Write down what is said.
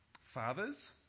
Fathers